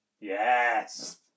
Yes